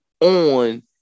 on